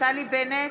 נפתלי בנט,